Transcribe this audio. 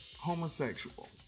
Homosexual